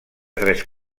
tres